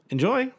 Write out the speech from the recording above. Enjoy